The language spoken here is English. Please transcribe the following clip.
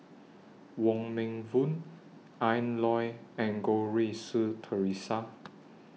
Wong Meng Voon Ian Loy and Goh Rui Si Theresa